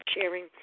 sharing